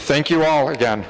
thank you all or down